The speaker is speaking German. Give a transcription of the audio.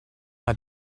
hat